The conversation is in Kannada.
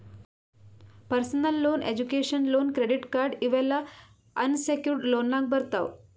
personal loan, education loan, credit card ಇವ್ ಎಲ್ಲಾ ಅನ್ ಸೆಕ್ಯೂರ್ಡ್ ಲೋನ್ನಾಗ್ ಬರ್ತಾವ್